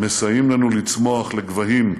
מסייעים לנו לצמוח לגבהים